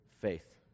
faith